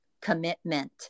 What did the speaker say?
commitment